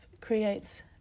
creates